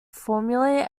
formulate